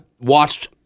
watched